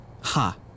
Ha